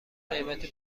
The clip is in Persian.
قیمت